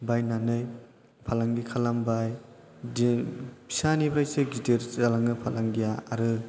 बायनानै फालांगि खालामबाय बिदिनो फिसानिफ्रायसो गिदिर जालाङो फालांगिया आरो